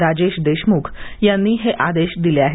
राजेश देशमुख यांनी हे आदेश दिले आहेत